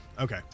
Okay